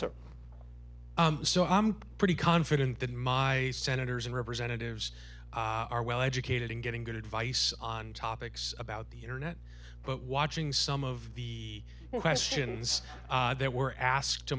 sir so i'm pretty confident that my senators and representatives are well educated and getting good advice on topics about the internet but watching some of the questions they were asked to